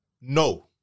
No